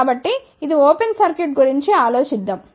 కాబట్టి ఇది open circuit గురించి ఆలోచిద్దాం